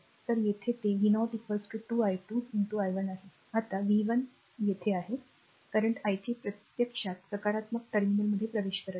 तर येथे ते v0 2 i2 i 1 आहे आता v 1 v 1येथे आहे current r i 3 प्रत्यक्षात सकारात्मक टर्मिनलमध्ये प्रवेश करत आहे